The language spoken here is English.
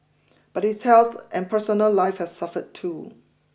but his health and personal life have suffered too